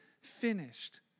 finished